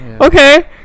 Okay